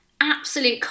absolute